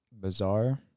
bizarre